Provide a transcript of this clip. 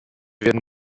werden